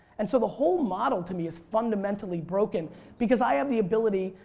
and so the whole model to me is fundamentally broken because i have the ability,